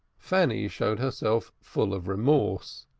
fanny showed herself full of resource.